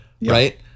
Right